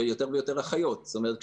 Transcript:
זאת אומרת,